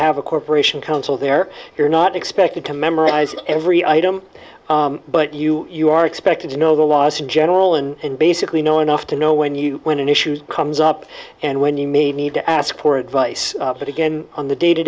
have a corporation counsel there you're not expected to memorize every item but you you are expected to know the laws in general and basically know enough to know when you when an issue comes up and when you may need to ask for advice but again on the day to